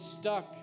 stuck